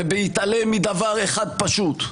ובהתעלם מדבר אחד פשוט,